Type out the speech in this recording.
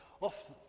off